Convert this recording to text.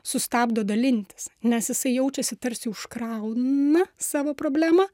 sustabdo dalintis nes jisai jaučiasi tarsi užkrauna savo problemą